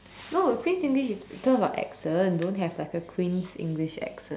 no queen's English is because of her accent don't have like a queen's English accent